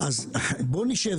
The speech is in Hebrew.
בוא נשב,